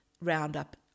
Roundup